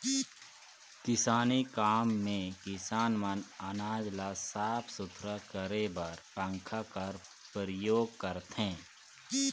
किसानी काम मे किसान मन अनाज ल साफ सुथरा करे बर पंखा कर परियोग करथे